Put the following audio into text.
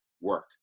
work